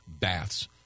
Baths